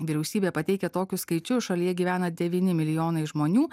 vyriausybė pateikė tokius skaičius šalyje gyvena devyni milijonai žmonių